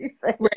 Right